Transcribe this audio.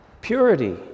purity